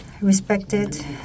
respected